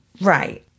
Right